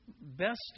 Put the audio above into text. best